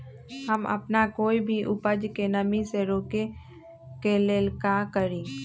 हम अपना कोई भी उपज के नमी से रोके के ले का करी?